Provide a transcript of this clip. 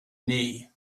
knee